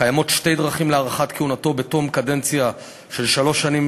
החוק קובע שתי דרכים להארכת כהונתו בתום קדנציה של שלוש שנים: